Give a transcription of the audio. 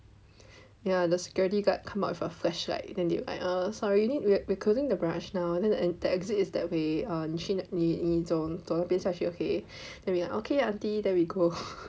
ya the security guard come up with a flashlight then they like err I'm sorry we are closing the barrage now and the exit is that way err 你去你走那边下去 then we like okay auntie then we go